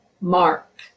Mark